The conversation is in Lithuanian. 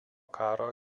karo